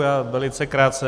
Já velice krátce.